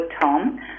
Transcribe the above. Tom